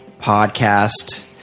Podcast